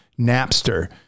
Napster